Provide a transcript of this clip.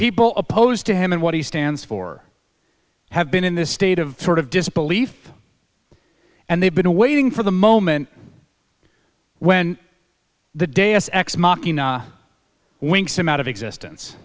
people opposed to him and what he stands for have been in this state of sort of disbelief and they've been waiting for the moment when the day s x winks them out of existence